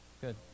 good